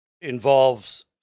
involves